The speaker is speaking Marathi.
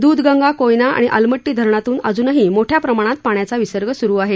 दूधगंगा कोयना आणि अलमट्टी धरणातून अजूनही मोठया प्रमाणात पाण्याचा विसर्ग सुरू आहे